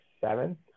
seventh